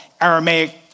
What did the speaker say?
Aramaic